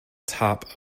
top